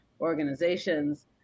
organizations